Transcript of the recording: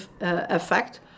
effect